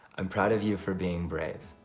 i'm proud of you for being brave.